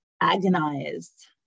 agonized